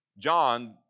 John